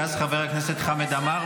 ואז חבר הכנסת חמד עמאר,